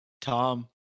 Tom